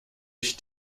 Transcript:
ich